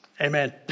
Amen